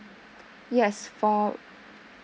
yes for